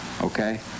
okay